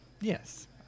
Yes